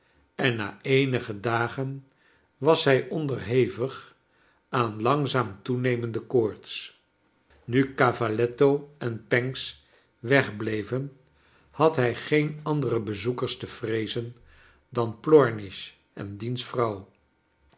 en na eenige dagen was hij onderhevig aan langzaam toenemende koorts nu cavaletto en pancks wegbleven had hij geen andere bezoekers te vreezen dan plornish en diens vrouw